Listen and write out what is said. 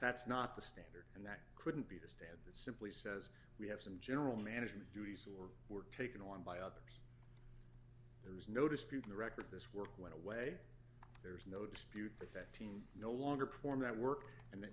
that's not the standard and that couldn't be the state simply says we have some general management duties were taken on by others there is no disputing the record this work went away there's no dispute with that team no longer perform that work and